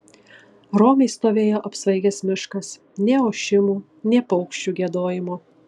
romiai stovėjo apsvaigęs miškas nė ošimo nė paukščių giedojimo